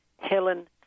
Helen